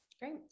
Great